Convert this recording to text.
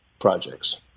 projects